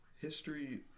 history